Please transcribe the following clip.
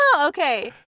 Okay